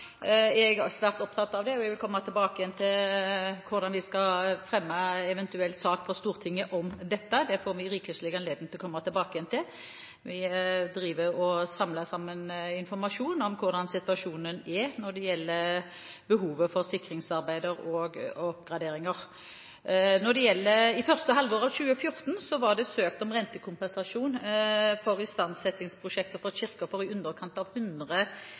jeg svært opptatt av det og kommer tilbake til hvordan vi skal fremme eventuell sak om dette for Stortinget. Det får vi rikelig anledning til å komme tilbake til. Vi driver og samler informasjon om hvordan situasjonen er når det gjelder behovet for sikringsarbeider og oppgraderinger. I første halvår 2014 ble det søkt om rentekompensasjon for istandsettingsprosjekter i Kirken for i underkant av 100